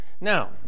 Now